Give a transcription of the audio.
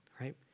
right